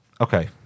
Okay